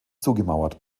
zugemauert